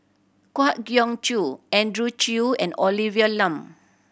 Kwa Geok Choo Andrew Chew and Olivia Lum